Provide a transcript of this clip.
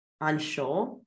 unsure